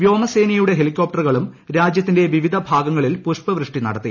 വ്യോമസേനയുടെ ഹെലികോപ്റ്ററുകളും രാജ്യത്തിന്റെ വ്യിപ്പിധു ഭാഗങ്ങളിൽ പുഷ്പ വൃഷ്ടി നടത്തി